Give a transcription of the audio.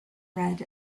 red